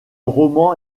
roman